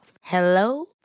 Hello